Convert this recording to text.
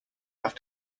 have